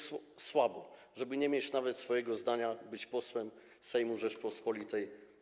Słabo, żeby nie mieć nawet swojego zdania i być posłem Sejmu Rzeczypospolitej.